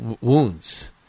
wounds